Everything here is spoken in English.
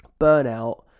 burnout